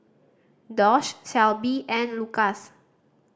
Doss Shelby and Lucas